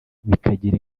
bikagira